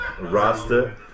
Rasta